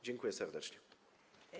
Dziękuję serdecznie.